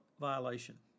violation